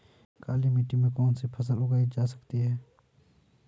काली मिट्टी में कौनसी फसल उगाई जा सकती है?